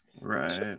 Right